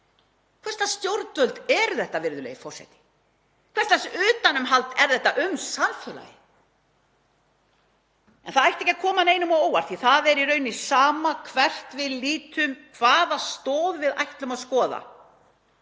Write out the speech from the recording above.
hvers lags stjórnvöld eru þetta, virðulegi forseti? Hvers lags utanumhald er þetta um samfélagið? En það ætti ekki að koma neinum á óvart því það er í rauninni sama hvert við lítum, hvaða stoð við ætlum að skoða